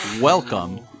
Welcome